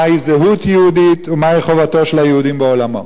מהי זהות יהודית ומהי חובתו של היהודי בעולמו.